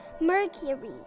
Mercury